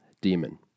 Demon